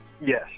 Yes